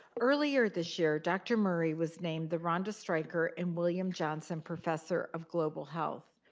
earlier this year, dr. murray was named the ronda stryker and william johnson professor of global health.